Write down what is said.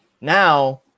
Now